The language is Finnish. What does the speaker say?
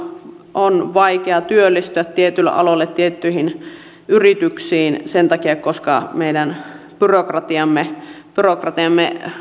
on vaikea työllistyä tietyille aloille tiettyihin yrityksiin sen takia koska meidän byrokratiamme byrokratiamme